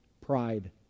pride